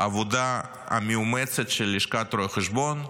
העבודה המאומצת של לשכת רואי החשבון,